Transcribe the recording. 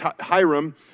Hiram